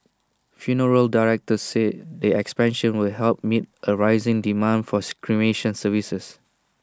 funeral directors said the expansion will help meet A rising demand forth cremation services